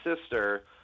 sister